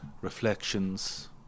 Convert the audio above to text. reflections